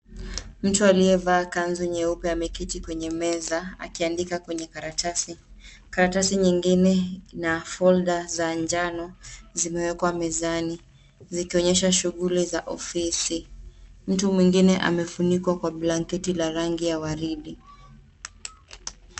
Mtu aliyevaa kanzu nyeupe ameketi kwenye meza akiandika kwenye karatasi. Karatasi nyingine na folder za njano zimewekwa mezani zikionyesha shuguli za ofisi. Mtu mwingine amefunikwa kwa blanketi la rangi ya waridi.